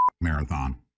Marathon